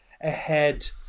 ahead